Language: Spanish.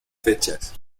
fechas